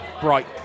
bright